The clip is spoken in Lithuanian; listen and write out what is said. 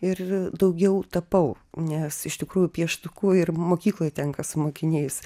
ir daugiau tapau nes iš tikrųjų pieštuku ir mokykloj tenka su mokiniais